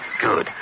Good